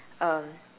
um